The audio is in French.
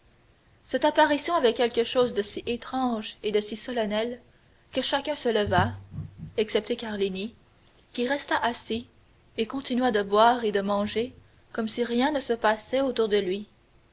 cette apparition avait quelque chose de si étrange et de si solennel que chacun se leva excepté carlini qui resta assis et continua de boire et de manger comme si rien ne se passait autour de lui